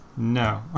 No